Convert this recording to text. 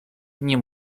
nie